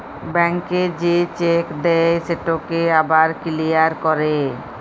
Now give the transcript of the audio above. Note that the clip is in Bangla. ব্যাংকে যে চ্যাক দেই সেটকে আবার কিলিয়ার ক্যরে